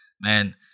man